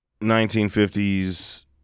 1950s